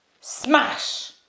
Smash